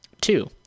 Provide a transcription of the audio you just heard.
Two